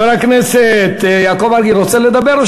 חבר הכנסת יעקב מרגי, רוצה לדבר?